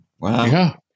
Wow